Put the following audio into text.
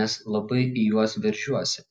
nes labai į juos veržiuosi